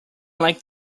like